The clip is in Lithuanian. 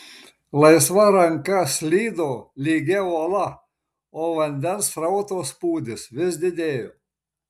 laisva ranka slydo lygia uola o vandens srauto spūdis vis didėjo